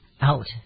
out